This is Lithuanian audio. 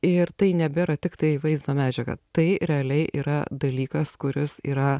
ir tai nebėra tiktai vaizdo medžiaga tai realiai yra dalykas kuris yra